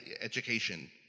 education